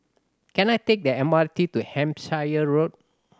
can I take the M R T to Hampshire Road